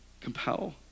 compel